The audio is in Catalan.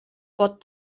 pot